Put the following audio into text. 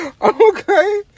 Okay